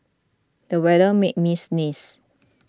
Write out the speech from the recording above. the weather made me sneeze